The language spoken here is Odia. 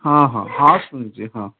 ହଁ ହଁ ହଁ ଶୁଣିଛି ହଁ